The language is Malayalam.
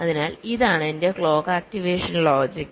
അതിനാൽ ഇതാണ് എന്റെ ക്ലോക്ക് ആക്ടിവേഷൻ ലോജിക്